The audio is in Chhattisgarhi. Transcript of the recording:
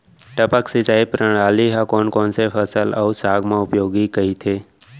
टपक सिंचाई प्रणाली ह कोन कोन फसल अऊ साग म उपयोगी कहिथे?